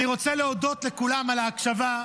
אני רוצה להודות לכולם על ההקשבה,